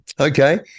Okay